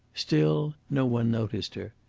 still no one noticed her.